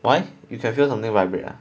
why you can feel something vibrate